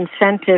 incentive